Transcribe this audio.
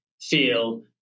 feel